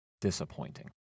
disappointing